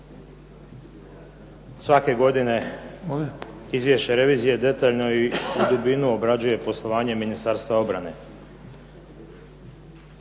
Svake godine izvješće revizije detaljno i u dubinu obrađuje poslovanje Ministarstva obrane.